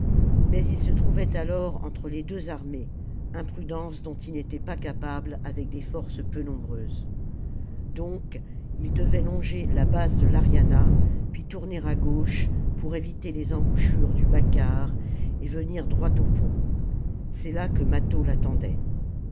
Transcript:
mais il se trouvait alors entre les deux salammbo ipj armées imprudence dont il n'était pas capable avec des forces peu nombreuses donc il devait longer la base de l'ariana puis tourner à gauche pour éviter les embouchures du macar et venir droit au pont c'est là que mâtho l'attendait